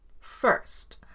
First